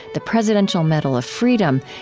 the presidential medal of freedom,